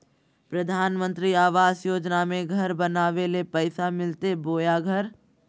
प्रधानमंत्री आवास योजना में घर बनावे ले पैसा मिलते बोया घर?